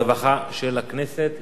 יישר כוח למציעים,